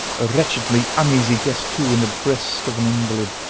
a wretchedly uneasy guest too, in the breast of an invalid.